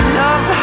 love